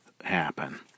happen